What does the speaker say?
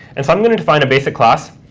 and so i'm going to define a basic class,